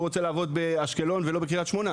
רוצה לעבוד באשקלון ולא בקרית שמונה,